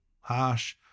harsh